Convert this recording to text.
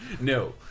No